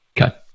Okay